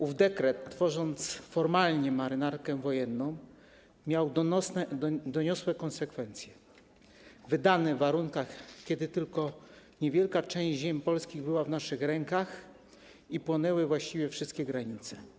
Ów dekret, tworząc formalnie marynarkę wojenną, miał doniosłe konsekwencje, wydany w warunkach, kiedy tylko niewielka część ziem polskich była w naszych rękach i płonęły właściwie wszystkie granice.